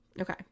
Okay